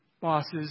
bosses